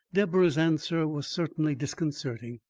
deborah's answer was certainly disconcerting.